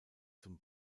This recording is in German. zum